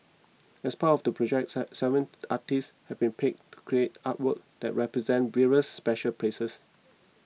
as part of the project seven artists have been picked to create artworks that represent various special places